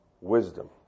wisdom